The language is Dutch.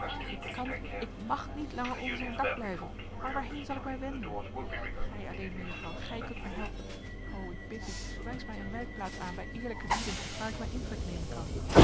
ik kan ik mag niet langer onder zijn dak blijven maar waarheen zal ik mij wenden gij alleen mejuffrouw gij kunt mij helpen o ik bid u wijs mij een wijkplaats aan bij eerlijke lieden waar ik mijn intrek nemen kan